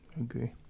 agree